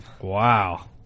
Wow